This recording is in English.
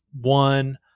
one